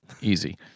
easy